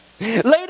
Later